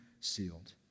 sealed